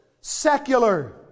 Secular